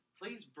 please